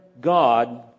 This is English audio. God